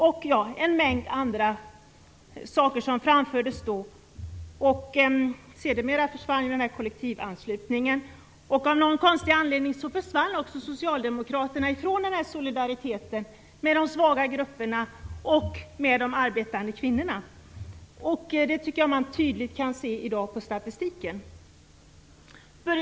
Det framfördes också en mängd andra saker. Sedermera försvann denna kollektivanslutning. Av någon konstig anledning försvann också Socialdemokraterna från solidariteten med de svaga grupperna och de arbetande kvinnorna. Det tycker jag att man kan se tydligt på statistiken i dag.